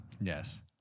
Yes